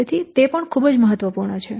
તેથી તે સમય પણ ખૂબ જ મહત્વપૂર્ણ છે